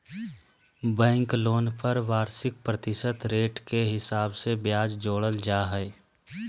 bank loan पर वार्षिक प्रतिशत रेट के हिसाब से ब्याज जोड़ल जा हय